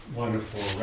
wonderful